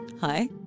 Hi